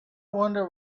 wonder